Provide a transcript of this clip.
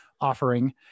offering